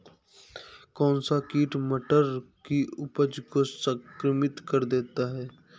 कौन सा कीट मटर की उपज को संक्रमित कर देता है?